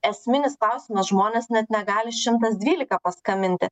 esminis klausimas žmonės net negali šimtas dvylika paskambinti